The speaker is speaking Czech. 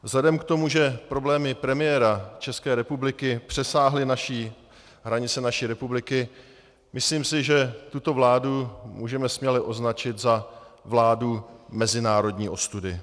Vzhledem k tomu, že problémy premiéra České republiky přesáhly hranice naší republiky, myslím si, že tuto vládu můžeme směle označit za vládu mezinárodní ostudy.